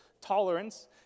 tolerance